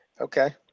Okay